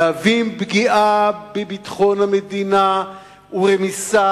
מהווים פגיעה בביטחון המדינה ורמיסה